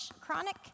chronic